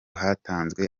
hatanzwe